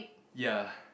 ya